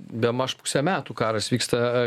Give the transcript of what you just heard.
bemaž pusę metų karas vyksta